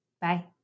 Bye